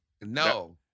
No